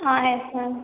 ah yes ma'am